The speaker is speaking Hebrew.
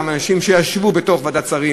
גם אנשים שישבו בתוך ועדת השרים,